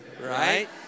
right